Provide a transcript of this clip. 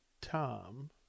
Tom